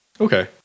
Okay